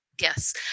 Yes